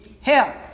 Help